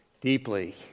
deeply